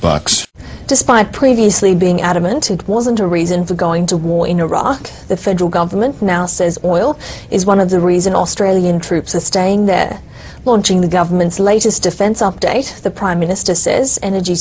bucks despite previously being adamant and wasn't a reason for going to war in iraq the federal government now says oil is one of the reason australian troops are staying there launching the government's latest defense update the prime minister says energy